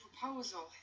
proposal